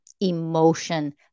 emotion